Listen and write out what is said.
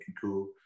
cool